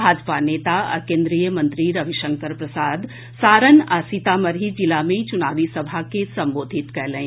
भाजपा नेता आ केन्द्रीय मंत्री रविशंकर प्रसाद सारण आ सीतामढ़ी जिला मे चुनावी सभा के संबोधित कयलनि